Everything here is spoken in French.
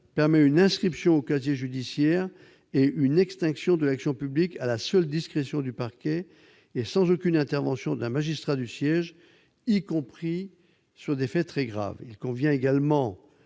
permet une inscription au casier judiciaire et une extinction de l'action publique à la seule discrétion du parquet et sans aucune intervention d'un magistrat du siège, y compris sur des faits très graves. Il convient également